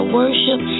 worship